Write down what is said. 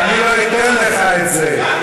ואני לא אתן לך את זה.